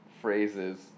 phrases